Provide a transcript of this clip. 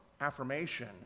affirmation